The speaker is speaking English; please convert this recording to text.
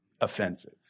offensive